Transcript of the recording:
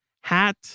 hat